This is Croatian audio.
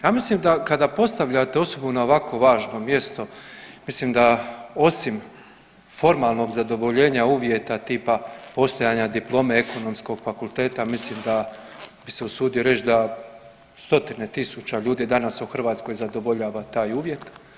Ja mislim da kada postavljate osobu na ovako važno mjesto mislim da osim formalnog zadovoljenja uvjeta tipa postojanja diplome Ekonomskog fakulteta mislim da bih se usudio reći da stotine tisuća ljudi danas u Hrvatskoj zadovoljava taj uvjet.